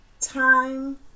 time